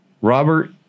Robert